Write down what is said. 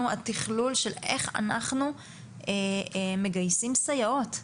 התכלול של איך אנחנו מגייסים סייעות,